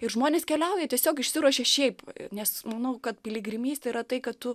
ir žmonės keliauja tiesiog išsiruošia šiaip nes manau kad piligrimystė yra tai kad tu